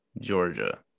Georgia